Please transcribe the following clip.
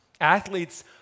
Athletes